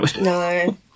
No